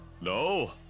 No